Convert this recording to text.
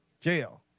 Jail